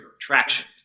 traction